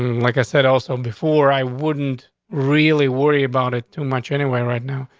like i said also before, i wouldn't really worry about it too much anyway, right now,